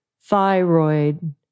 thyroid